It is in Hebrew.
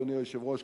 אדוני היושב-ראש,